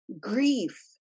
grief